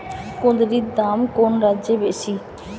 কুঁদরীর দাম কোন রাজ্যে বেশি?